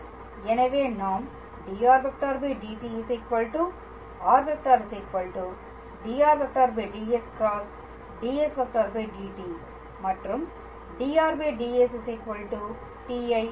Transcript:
எனவே நாம் dr dt r dr ds × ds dt மற்றும் dr ds t ஐ எழுத முடியும்